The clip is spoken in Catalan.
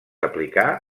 aplicar